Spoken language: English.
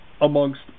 amongst